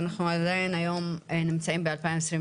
ואנחנו עדיין היום נמצאים ב-2022,